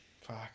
fuck